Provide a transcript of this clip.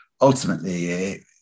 ultimately